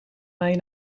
mij